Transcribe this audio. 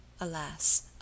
alas